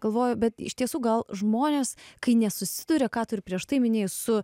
galvoju bet iš tiesų gal žmonės kai nesusiduria ką tu ir prieš tai minėjai su